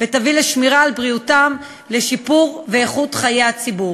ותביא לשמירה על בריאותם ולשיפור איכות חיי הציבור.